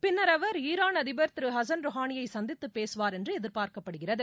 பின்னர் அவர் ஈரான் அதிபர் திரு ஹசன் ரொஹானியை சந்தித்துப் பேசுவார் என்று எதிர்பார்க்கப்படுகிறது